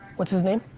what's his name?